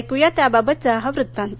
ऐकूया त्याबाबतचा हा वृत्तांत